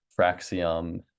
Fraxium